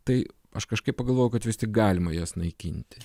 tai aš kažkaip pagalvojau kad vis tik galima jas naikinti